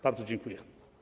Bardzo dziękuję.